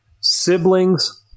Siblings